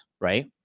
right